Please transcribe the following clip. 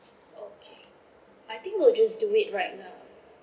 okay I think we'll just do it right now